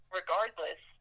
regardless